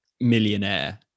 millionaire